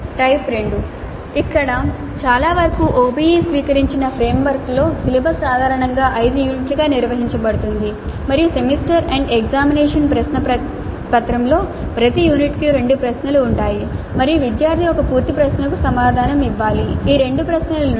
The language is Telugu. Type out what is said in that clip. టైప్ 2 ఇక్కడ చాలావరకు OBE స్వీకరించిన ఫ్రేమ్వర్క్లలో సిలబస్ సాధారణంగా 5 యూనిట్లుగా నిర్వహించబడుతుంది మరియు సెమిస్టర్ ఎండ్ ఎగ్జామినేషన్ ప్రశ్నపత్రంలో ప్రతి యూనిట్కు 2 ప్రశ్నలు ఉంటాయి మరియు విద్యార్థి ఒక పూర్తి ప్రశ్నకు సమాధానం ఇవ్వాలి ఈ రెండు ప్రశ్నల నుండి